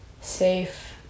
safe